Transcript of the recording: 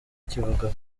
kivuga